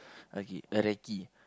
okay recce